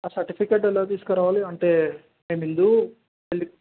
certificate ఎలా తీసుకురావాలి అంటే నేను హిందు పెళ్ళి